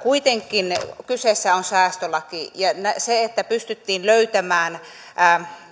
kuitenkin kyseessä on säästölaki ja kun pystyttiin löytämään